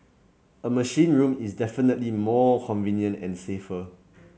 a machine room is definitely more convenient and safer